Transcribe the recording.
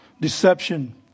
deception